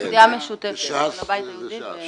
זו סיעה משותפת של הבית היהודי --- וש"ס.